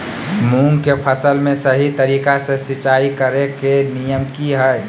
मूंग के फसल में सही तरीका से सिंचाई करें के नियम की हय?